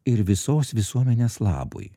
ir visos visuomenės labui